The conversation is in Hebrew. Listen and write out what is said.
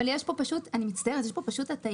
אבל יש פה פשוט, אני מצטערת, יש פה פשוט הטעיה.